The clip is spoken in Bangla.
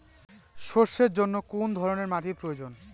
সরষের জন্য কোন ধরনের মাটির প্রয়োজন?